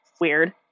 weird